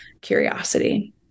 curiosity